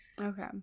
Okay